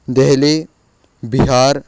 Delhi Bihar